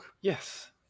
yes